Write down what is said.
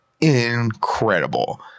incredible